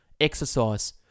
Exercise